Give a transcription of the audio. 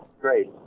great